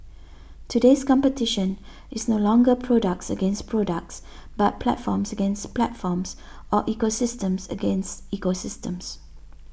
today's competition is no longer products against products but platforms against platforms or ecosystems against ecosystems